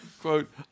quote